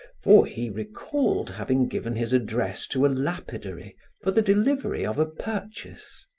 for he recalled having given his address to a lapidary for the delivery of a purchase.